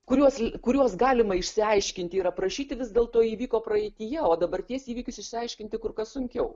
kuriuos kuriuos galima išsiaiškinti ir aprašyti vis dėlto įvyko praeityje o dabarties įvykius išsiaiškinti kur kas sunkiau